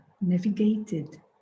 navigated